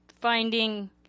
finding